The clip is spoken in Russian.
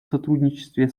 сотрудничестве